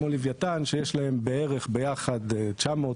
כמו לווייתן שיש להם בערך ביחד BCM900,